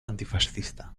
antifascista